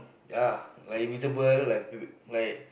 ya like invisible like people like